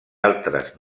altres